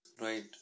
right